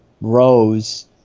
Rose